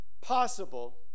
possible